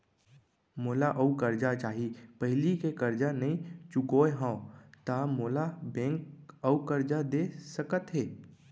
मोला अऊ करजा चाही पहिली के करजा नई चुकोय हव त मोल ला बैंक अऊ करजा दे सकता हे?